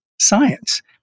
science